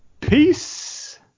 Peace